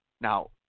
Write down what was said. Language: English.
Now